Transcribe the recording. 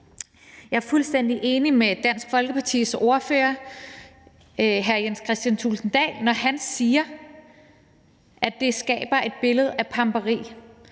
Jeg er fuldstændig enig med Dansk Folkepartis ordfører hr. Jens Henrik Thulesen Dahl, når han siger, at det skaber et billede af pamperi.